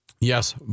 Yes